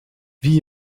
wie